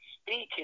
speaking